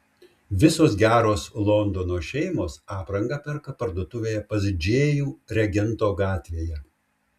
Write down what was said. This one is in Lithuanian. visos geros londono šeimos aprangą perka parduotuvėje pas džėjų regento gatvėje